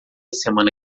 semana